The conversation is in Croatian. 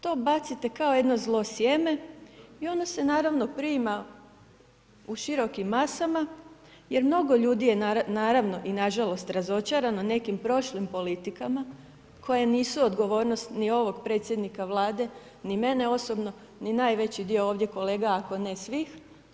To bacite kao jedno zlo sjeme i ono se naravno prima u širokim masama, jer mnogo ljudi je naravno i na žalost razočarano nekim prošlim politikama koje nisu odgovornost ni ovog predsjednika Vlade, ni mene osobno, ni najveći dio ovdje kolega ako ne svih.